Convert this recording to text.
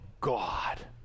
god